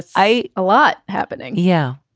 i. a lot happening. yeah.